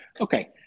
okay